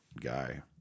guy